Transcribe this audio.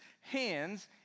hands